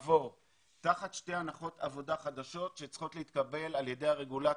תחת שתי הנחות עבודה חדשות שצריכות להתקבל על ידי הרגולטור,